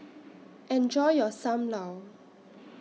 Enjoy your SAM Lau